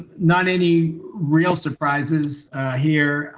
not any real surprises here